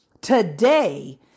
Today